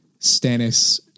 Stannis